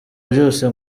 byose